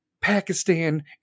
pakistan